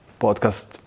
podcast